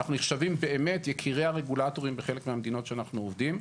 אנחנו נחשבים באמת יקירי הרגולטורים בחלק מהמדינות שאנחנו עובדים,